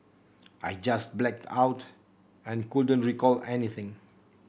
I just blacked out and couldn't recall anything